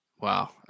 Wow